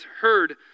heard